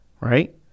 right